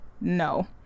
No